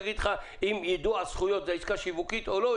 הוא יגיד לך אם יידוע על זכויות זו עסקה שיווקית או לא,